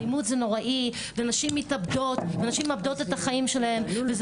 אלימות זה נוראי ונשים מתאבדות ונשים מאבדות את החיים שלהם וזה